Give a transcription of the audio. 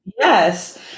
Yes